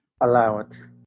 Allowance